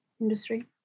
industry